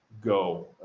go